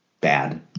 bad